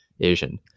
asian